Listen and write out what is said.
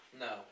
No